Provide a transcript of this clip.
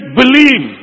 believe